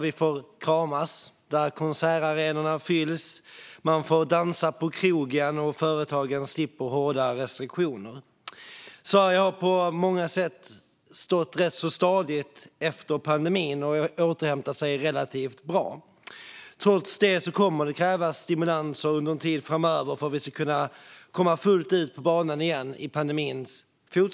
Vi får kramas, konsertarenorna fylls, man får dansa på krogen och företagen slipper hårda restriktioner. Sverige har återhämtat sig relativt bra och står på många sätt rätt stadigt efter pandemin. Trots det kommer det att krävas stimulanser under en tid framöver för att vi ska komma fullt ut på banan igen.